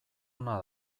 ona